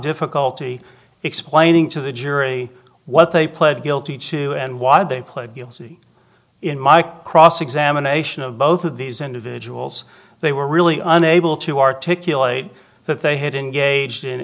difficulty explaining to the jury what they pled guilty to and what they pled guilty in my cross examination of both of these individuals they were really unable to articulate that they had engaged in